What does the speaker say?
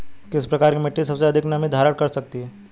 किस प्रकार की मिट्टी सबसे अधिक नमी धारण कर सकती है?